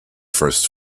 first